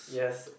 yes